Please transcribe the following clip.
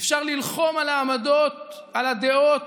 אפשר ללחום על העמדות, על הדעות,